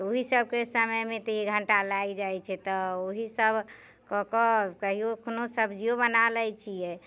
तऽ ओहीसभके समयमे तऽ एक घंटा लागि जाइत छै तऽ ओही सभ कऽ कऽ कहियो कोनो सब्जियो बना लैत छियै